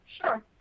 Sure